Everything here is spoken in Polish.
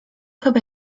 chyba